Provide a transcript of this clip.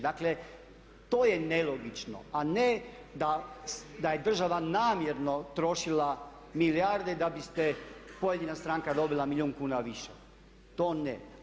Dakle to je nelogično, a ne da je država namjerno trošila milijarde da biste pojedina stranka dobila milijun kuna više, to ne.